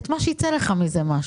את מה שיצא לך מזה משהו.